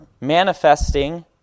manifesting